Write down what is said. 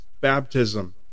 baptism